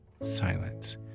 silence